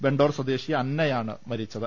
വെണ്ടോർ സ്വദേശി അന്നയാണ് മരിച്ചത്